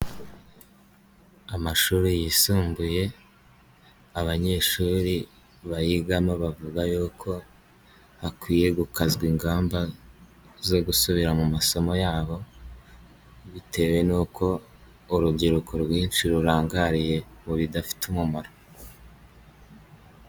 Amashuri yisumbuye, abanyeshuri bayigamo bavuga yuko, hakwiye gukazwa ingamba zo gusubira mu masomo yabo, bitewe n'uko urubyiruko rwinshi rurangariye, mu bidafite umumaro.